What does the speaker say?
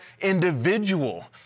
individual